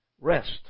rest